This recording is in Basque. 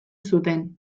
zuten